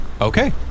Okay